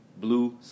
blue